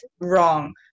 Wrong